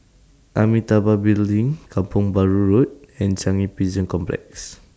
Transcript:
Amitabha Building Kampong Bahru Road and Changi Prison Complex